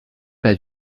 pas